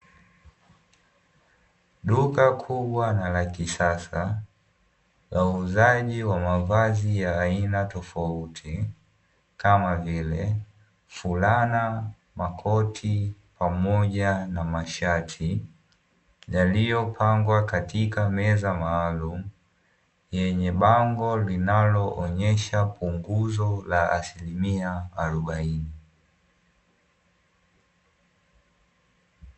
Duka kubwa na la kisasa la uuzaji wa mavazi ya aina tofauti kama vile fulana, makoti pamoja na mashati yaliyopangwa katika meza maalumu yenye bango linaloonyesha punguzo la asilimia arobaini.